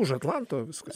už atlanto viskas